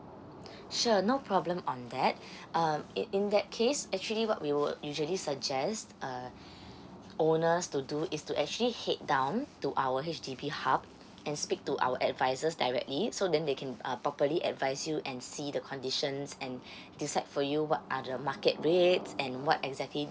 sure no problem on that um in in that case actually what we would usually suggest uh owners to do is to actually head down to our H_D_B hub and speak to our advisors directly so then they can uh properly advice you and see the conditions and decide for you what are the market rates and what exactly